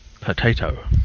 Potato